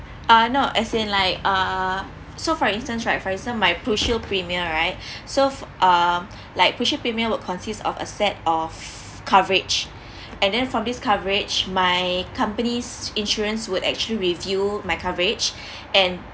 uh no as in like err so for instance right for example my crucial premier right so f~ uh like crucial premier would consists of a set of coverage and then from this coverage my company's insurance would actually review my coverage and